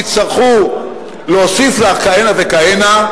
יצטרכו להוסיף לה כהנה וכהנה,